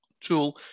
tool